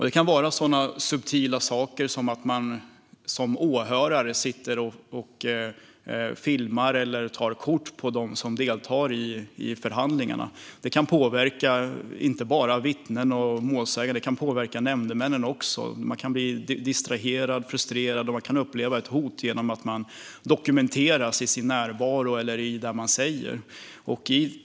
Det kan handla om subtila saker som att åhörare sitter och filmar eller tar kort på dem som deltar i förhandlingarna. Det kan påverka inte bara vittnen och målsäganden utan även nämndemännen. De kan bli distraherade och frustrerade och uppleva ett hot genom att deras närvaro eller det de säger dokumenteras.